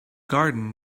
garden